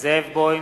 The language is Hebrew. זאב בוים,